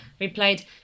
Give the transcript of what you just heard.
replied